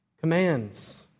Commands